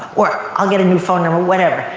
i'll get a new phone. and whatever.